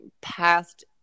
past